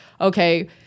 Okay